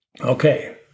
Okay